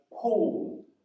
Paul